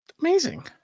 amazing